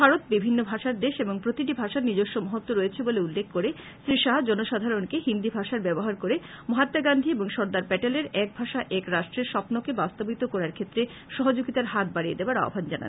ভারত বিভিন্ন ভাষার দেশ এবং প্রতিটি ভাষার নিজস্ব মহতু রয়েছে বলে উল্লেখ করে শ্রী শাহ জনসাধারণকে হিন্দি ভাষার ব্যবহার করে মহাআা গান্ধী এবং সরদার প্যাটেলের এক ভাষা এক রাষ্ট্রের স্বপ্নকে বাস্তবায়িত করার ক্ষেত্রে সহযোগিতার হাত বাড়িয়ে দেবার আহ্বান জানান